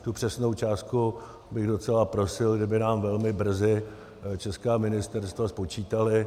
Tu přesnou částku bych docela prosil, kdyby nám velmi brzy česká ministerstva spočítala.